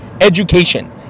education